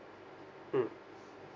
mm